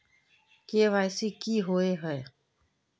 KYC की हिये है?